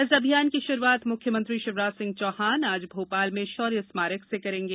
इस अभियान की शुरूआत मुख्यमंत्री शिवराज सिंह चौहान आज भोपाल में शौर्य स्मारक से करेंगे